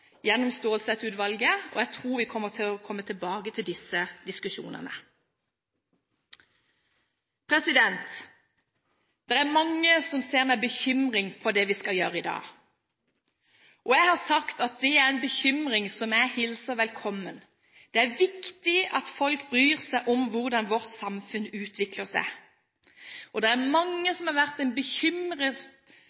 og jeg tror vi kommer til å komme tilbake til disse diskusjonene. Det er mange som ser med bekymring på det vi skal gjøre i dag. Jeg har sagt at det er en bekymring som jeg hilser velkommen. Det er viktig at folk bryr seg om hvordan vårt samfunn utvikler seg. Det er mange